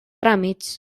tràmits